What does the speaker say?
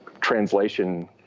translation